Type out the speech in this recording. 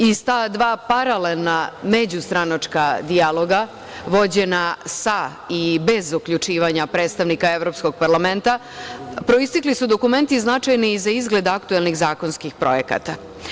Iz ta dva paralelna međustranačka dijaloga, vođena sa i bez uključivanja predstavnika Evropskog parlamenta, proistekli su dokumenti značajni i za izgled aktuelnih zakonskih projekata.